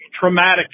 traumatic